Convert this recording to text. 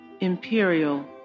imperial